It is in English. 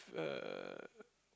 uh